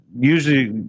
usually